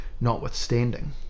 notwithstanding